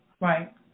right